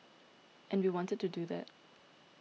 and we wanted to do that